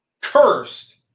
cursed